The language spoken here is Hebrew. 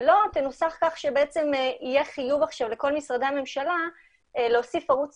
שזה לא ינוסח כך שבעצם יהיה עכשיו חיוב לכל משרדי הממשלה להוסיף ערוץ